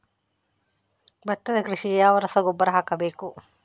ಭತ್ತದ ಕೃಷಿಗೆ ಯಾವ ರಸಗೊಬ್ಬರ ಹಾಕಬೇಕು?